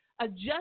adjust